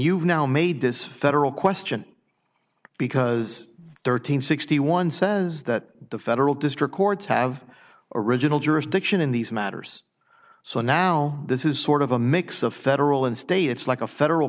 you've now made this federal question because thirteen sixty one says that the federal district courts have original jurisdiction in these matters so now this is sort of a mix of federal and state it's like a federal